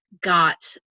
got